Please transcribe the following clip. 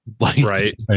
right